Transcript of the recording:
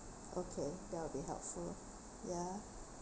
okay that would be helpful ya